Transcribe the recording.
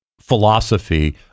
philosophy